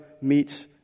meets